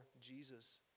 jesus